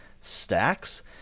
stacks